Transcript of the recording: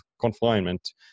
confinement